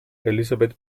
elisabeth